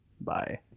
bye